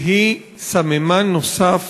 והיא סממן נוסף